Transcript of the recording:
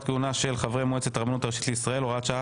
כהונה של חברי מועצת הרבנות הראשית לישראל) (הוראת שעה),